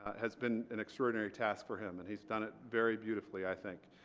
has been an extraordinary task for him and he's done it very beautifully i think.